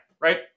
right